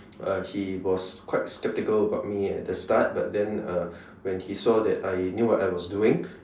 uh he was quite skeptical about me at the start but then uh when he saw that I knew what I was doing